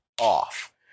off